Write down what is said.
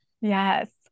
Yes